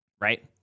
right